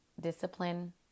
discipline